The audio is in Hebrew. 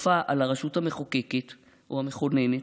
כופה על הרשות המחוקקת, או המכוננת,